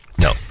no